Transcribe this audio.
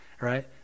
right